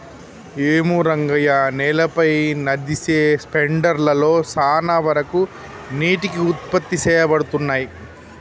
ఏమో రంగయ్య నేలపై నదిసె స్పెండర్ లలో సాన వరకు నీటికి ఉత్పత్తి సేయబడతున్నయి